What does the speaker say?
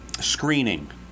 screening